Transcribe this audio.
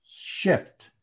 shift